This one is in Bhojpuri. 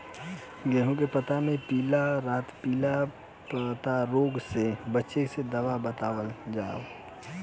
गेहूँ के पता मे पिला रातपिला पतारोग से बचें के दवा बतावल जाव?